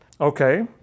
Okay